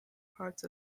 parts